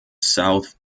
south